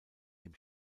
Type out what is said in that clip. dem